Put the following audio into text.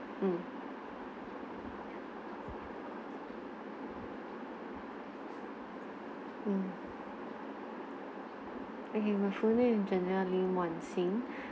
mm mm okay my full name is janelle lee wan sin